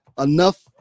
enough